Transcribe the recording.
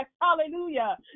Hallelujah